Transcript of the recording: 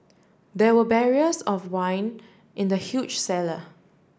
there were barriers of wine in the huge cellar